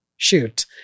shoot